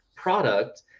product